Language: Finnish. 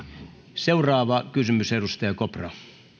seuraava kysymys edustaja kopra